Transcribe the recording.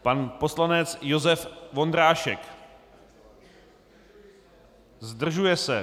Pan poslanec Josef Vondrášek: Zdržuje se.